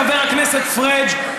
חבר הכנסת פריג',